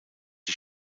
die